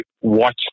watch